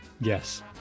Yes